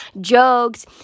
jokes